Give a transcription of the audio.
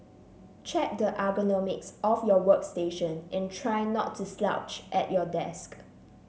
check the ergonomics of your workstation and try not to slouch at your desk